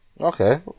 Okay